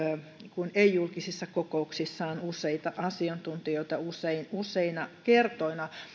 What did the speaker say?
ei julkisissa kokouksissaan useita asiantuntijoita useina kertoina